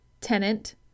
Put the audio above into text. Tenant